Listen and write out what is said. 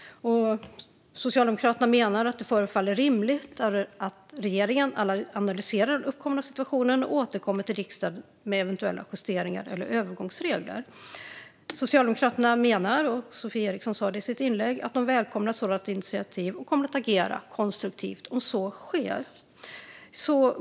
Socialdemokraterna menar att det förefaller rimligt att regeringen analyserar den uppkomna situationen och återkommer till riksdagen med eventuella justeringar eller övergångsregler. Som Sofie Eriksson sa i sitt inlägg välkomnar Socialdemokraterna ett sådant initiativ och kommer att agera konstruktivt om så sker.